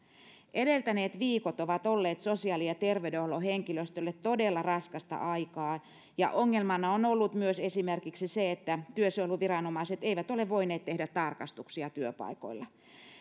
edeltäneet viikot ovat olleet sosiaali ja terveydenhuollon henkilöstölle todella raskasta aikaa ja ongelmana on ollut myös esimerkiksi se että työsuojeluviranomaiset eivät ole voineet tehdä tarkastuksia työpaikoilla